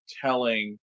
telling